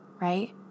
right